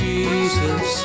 Jesus